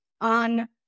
on